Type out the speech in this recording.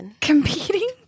competing